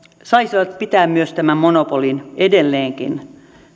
saisivat pitää tämän monopolin edelleenkin